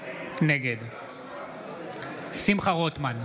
נגד שמחה רוטמן,